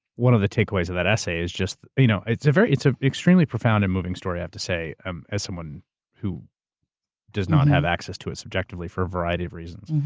one of the take-aways of that essay is just, you know, it's it's an extremely profound and moving story, i have to say, and as someone who does not have access to it subjectively, for a variety of reasons.